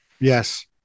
Yes